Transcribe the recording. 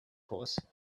course